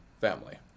family